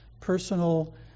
personal